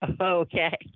Okay